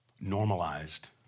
normalized